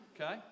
Okay